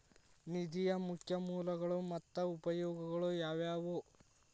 ನಿಧಿಯ ಮುಖ್ಯ ಮೂಲಗಳು ಮತ್ತ ಉಪಯೋಗಗಳು ಯಾವವ್ಯಾವು?